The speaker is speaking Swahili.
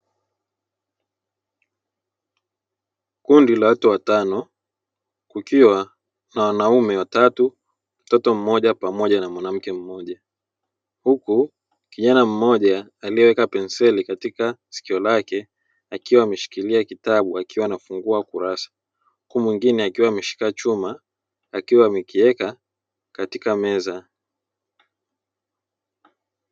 Kundi la watu watano kukiwa na wanaume watatu, mtoto mmoja pamoja na mwanamke mmoja. Huku kijana mmoja aliyeweka penseli katika sikio lake, akiwa ameshikilia kitabu akiwa anafungua kurasa. Huku mwingine akiwa ameshika chumba akiwa amekiweka katika meza.